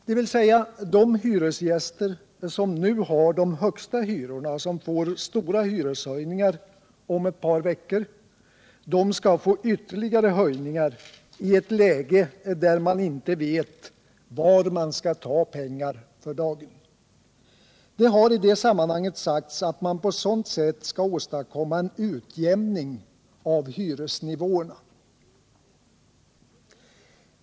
Det innebär att de hyresgäster som nu har de högsta hyrorna och som får stora hyreshöjningar om ett par veckor skall få ytterligare höjningar i ett läge där man inte vet var man skall ta pengar för dagen. Det har i sammanhanget sagts att man på det sättet skall åstadkomma en utjämning av hyresnivåerna.